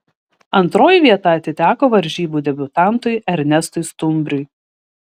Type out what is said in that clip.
antroji vieta atiteko varžybų debiutantui ernestui stumbriui